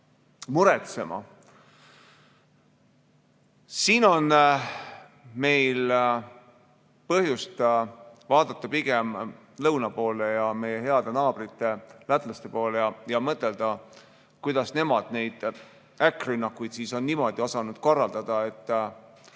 muretsema. Siin on meil põhjust vaadata pigem lõuna poole, meie heade naabrite lätlaste poole ja mõtelda, kuidas nemad neid äkkrünnakuid niimoodi on osanud korraldada, et